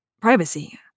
privacy